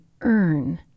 earn